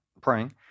praying